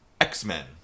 X-Men